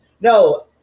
No